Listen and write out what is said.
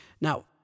Now